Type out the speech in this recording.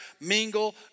mingle